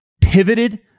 pivoted